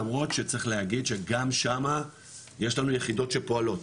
למרות שצריך להגיד שגם שמה יש לנו יחידות שפועלות.